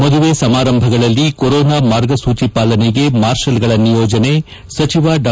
ಮದುವೆ ಸಮಾರಂಭಗಳಲ್ಲಿ ಕೊರೊನಾ ಮಾರ್ಗಸೂಚಿ ಪಾಲನೆಗೆ ಮಾರ್ಷಲ್ಗಳ ನಿಯೋಜನೆ ಸಚಿವ ಡಾ